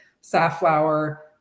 Safflower